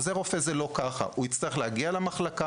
אצל עוזר רופא זה לא כך הוא יצטרך להגיע למחלקה,